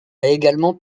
également